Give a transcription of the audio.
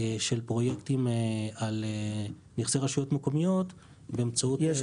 של פרויקטים על נכסי רשויות מקומיות באמצעות --- יש